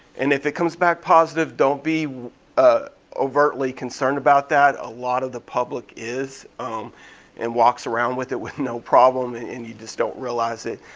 and if it comes back positive don't be ah overtly concerned about that. a lot of the public is and walks around with it with no problem and and you just don't realize it.